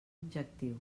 objectiu